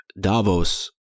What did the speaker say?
Davos